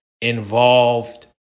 involved